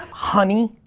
honey,